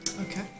okay